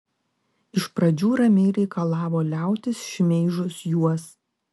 iš pradžių ramiai reikalavo liautis šmeižus juos